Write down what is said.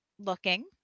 looking